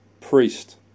priest